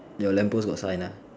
your lamppost got sign ah